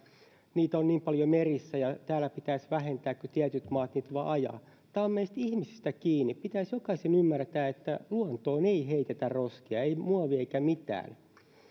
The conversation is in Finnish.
niitä on niin paljon merissä ja täällä pitäisi niitä vähentää kun tietyt maat niitä vaan ajavat niin tämä on meistä ihmisistä kiinni pitäisi jokaisen ymmärtää että luontoon ei heitetä roskia ei muovia eikä mitään